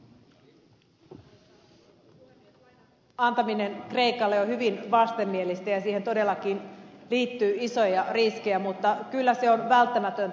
lainan antaminen kreikalle on hyvin vastenmielistä ja siihen todellakin liittyy isoja riskejä mutta kyllä se on välttämätöntä